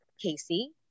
Casey